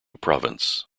province